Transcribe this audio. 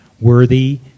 worthy